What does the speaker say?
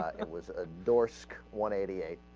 it was a door sc one eighty eight